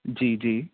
जी जी